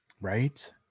Right